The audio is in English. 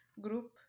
group